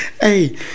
Hey